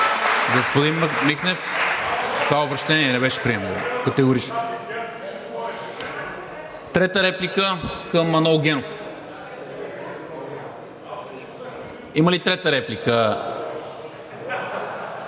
Трета реплика към Манол Генов? Има ли трета реплика?